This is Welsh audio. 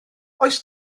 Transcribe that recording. oes